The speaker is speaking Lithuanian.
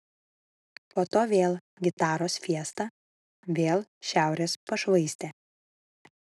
po to vėl gitaros fiesta vėl šiaurės pašvaistė